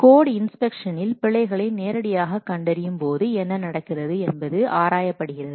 code இன்ஸ்பெக்ஷனில் பிழைகளை நேரடியாக கண்டறியும் போது என்ன நடக்கிறது என்பது ஆராயப்படுகிறது